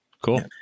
cool